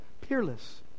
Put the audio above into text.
peerless